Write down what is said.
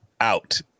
out